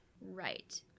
Right